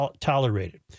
tolerated